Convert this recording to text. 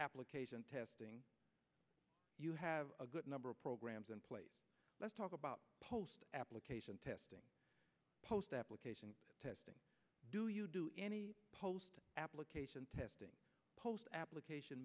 application testing you have a good number of programs in place let's talk about post application testing post application testing do you do any post application testing post application